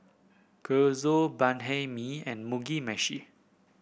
Gyoza Banh Mi and Mugi Meshi